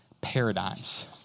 paradigms